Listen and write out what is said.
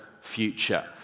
future